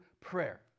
prayer